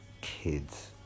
Kids